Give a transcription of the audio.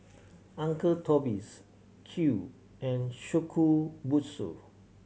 Uncle Toby's Qoo and Shokubutsu